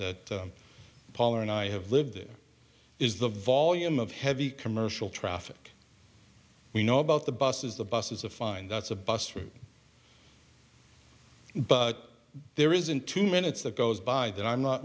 that paul and i have lived this is the volume of heavy commercial traffic we know about the buses the buses a fine that's a bus route but there isn't two minutes that goes by that i'm not